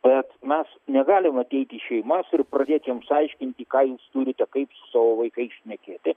bet mes negalim ateiti į šeimas ir pradėt jiems aiškinti ką jūs turite kaip su savo vaikais šnekėti